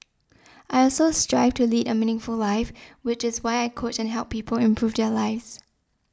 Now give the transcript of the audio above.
I also strive to lead a meaningful life which is why I coach and help people improve their lives